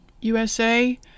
USA